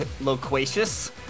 loquacious